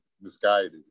misguided